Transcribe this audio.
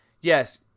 yes